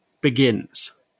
begins